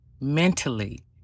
mentally